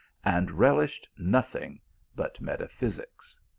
and relished nothing but metaphysics.